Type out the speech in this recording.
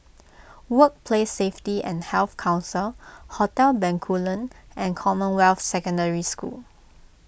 Workplace Safety and Health Council Hotel Bencoolen and Commonwealth Secondary School